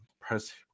press